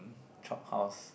chop house